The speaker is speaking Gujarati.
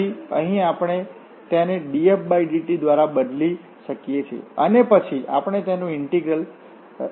તેથી અહીં આપણે તેને dfdt દ્વારા બદલી શકીએ છીએ અને પછી આપણે તેનું ઇન્ટીગ્રેશન કરીશું